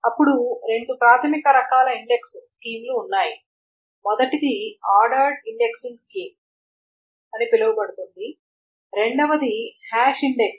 అప్పుడు రెండు ప్రాథమిక రకాల ఇండెక్స్ స్కీమ్లు ఉన్నాయి మొదటిది ఆర్డర్డ్ ఇండెక్సింగ్ స్కీమ్ అని పిలువబడుతుంది మరియు రెండవది హాష్ ఇండెక్స్